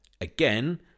Again